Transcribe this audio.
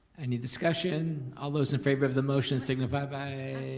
any discussion? all those in favor of the motion signify by